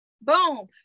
Boom